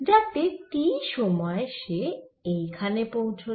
যাতে t সময়ে সে এইখানে পৌঁছল